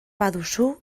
baduzu